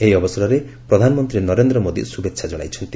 ଏହି ଅବସରରେ ପ୍ରଧାନମନ୍ତ୍ରୀ ନରେନ୍ଦ୍ର ମୋଦୀ ଶୁଭେଚ୍ଛା ଜଣାଇଛନ୍ତି